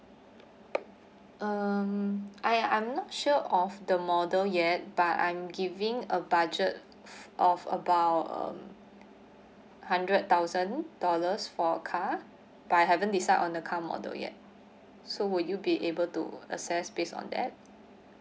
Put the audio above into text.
um I I'm not sure of the model yet but I'm giving a budget of about um hundred thousand dollars for car but I haven't decide on the car model yet so will you be able to assess based on that